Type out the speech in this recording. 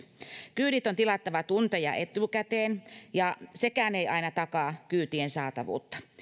kyydit on tilattava tunteja etukäteen ja sekään ei aina takaa kyytien saatavuutta